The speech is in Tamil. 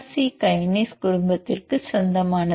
சி கைனேஸ் குடும்பத்திற்கு சொந்தமானது